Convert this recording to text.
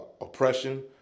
oppression